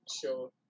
sure